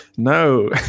No